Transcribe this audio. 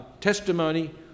testimony